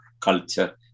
culture